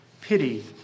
pity